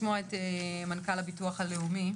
לא נמצאים באותם סכומים שעליהם דיברנו קודם